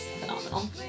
phenomenal